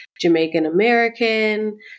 Jamaican-American